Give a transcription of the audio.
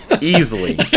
Easily